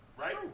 right